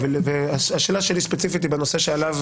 השאלה שלי ספציפית היא בנושא שעליו